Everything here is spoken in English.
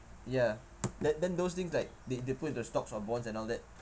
ya then then those things like they they put into stocks or bonds and all that